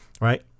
Right